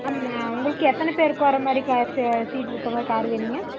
ஆமாம் உங்களுக்கு எத்தனைப்பேர் உட்கார மாதிரி சீட் இருக்கணும் கார் வேணுங்க